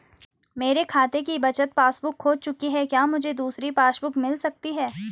मेरे खाते की बचत पासबुक बुक खो चुकी है क्या मुझे दूसरी पासबुक बुक मिल सकती है?